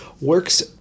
works